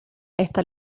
esta